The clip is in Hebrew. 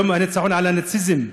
מיום הניצחון על הנאציזם,